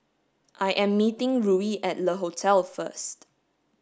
I am meeting Ruie at Le Hotel first